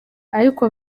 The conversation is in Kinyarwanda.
ariko